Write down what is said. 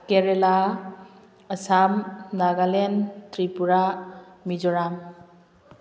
Kerala Assam Nagaland Tripura Mizoram